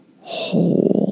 whole